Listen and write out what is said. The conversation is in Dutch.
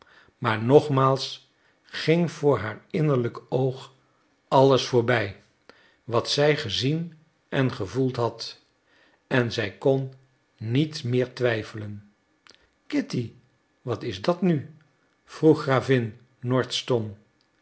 maar nogmaals ging voor haar innerlijk oog alles voorbij wat zij gezien en gevoeld had en zij kon niet meer twijfelen kitty wat is dat nu vroeg gravin